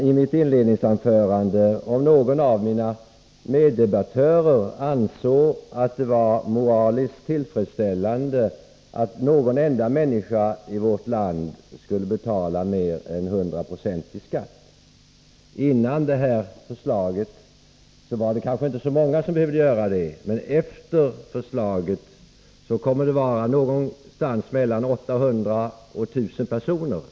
I mitt inledningsanförande frågade jag om någon av mina meddebattörer ansåg det vara moraliskt tillfredsställande att någon enda människa i vårt land skulle betala mer än 100 90 i skatt. Före beslutet var det kanske inte så många som behövde göra detta, men efteråt kommer det att vara mellan 800 och 1 000 personer.